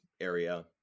area